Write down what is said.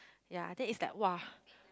ya then it's like !wah!